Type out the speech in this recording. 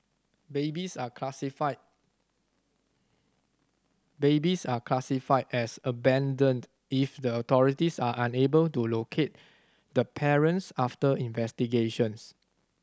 babies are classified babies are classified as abandoned if the authorities are unable to locate the parents after investigations